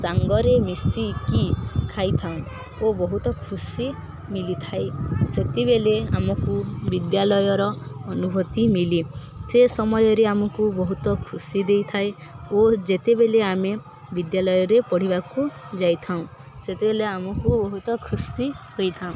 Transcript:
ସାଙ୍ଗରେ ମିଶିକି ଖାଇ ଥାଉଁ ଓ ବହୁତ ଖୁସି ମିଳିଥାଏ ସେତେବେଳେ ଆମକୁ ବିଦ୍ୟାଳୟର ଅନୁଭୂତି ମିଳେ ସେ ସମୟରେ ଆମକୁ ବହୁତ ଖୁସି ଦେଇଥାଏ ଓ ଯେତେବେଳେ ଆମେ ବିଦ୍ୟାଳୟରେ ପଢ଼ିବାକୁ ଯାଇଥାଉଁ ସେତେବେଳେ ଆମକୁ ବହୁତ ଖୁସି ହୋଇଥାଉ